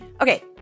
Okay